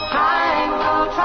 Triangle